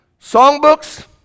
Songbooks